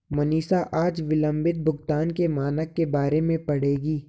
मनीषा आज विलंबित भुगतान के मानक के बारे में पढ़ेगी